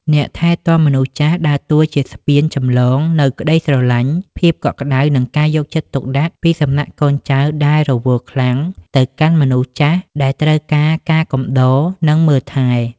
អ្នកថែទាំមនុស្សចាស់ដើរតួជាស្ពានចម្លងនូវក្ដីស្រឡាញ់ ភាពកក់ក្ដៅ និងការយកចិត្តទុកដាក់ពីសំណាក់កូនចៅដែលរវល់ខ្លាំង ទៅកាន់មនុស្សចាស់ដែលត្រូវការការកំដរ និងមើលថែ។